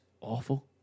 awful